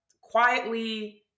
quietly